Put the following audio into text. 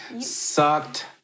sucked